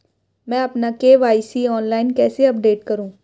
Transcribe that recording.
मैं अपना KYC online कैसे अपडेट करूँ?